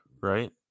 Right